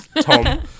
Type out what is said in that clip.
Tom